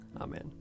Amen